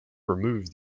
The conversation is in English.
removed